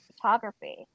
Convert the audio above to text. photography